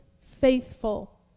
faithful